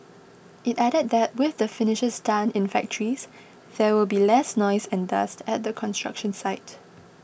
it added that with the finishes done in factories there will be less noise and dust at the construction site